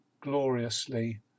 gloriously